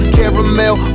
Caramel